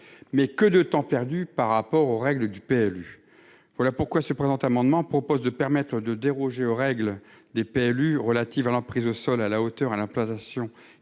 mais que de temps perdu par rapport aux règles du PLU, voilà pourquoi ce présent amendement propose de permettre de déroger aux règles. Des PLU relatives à l'emprise au sol à la hauteur à la plantation